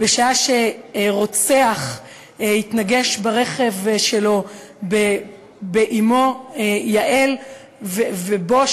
בשעה שרוצח התנגש ברכב שלו באמו יעל ובו,